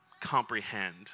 comprehend